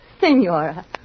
senora